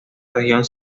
región